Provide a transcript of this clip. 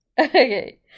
Okay